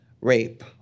rape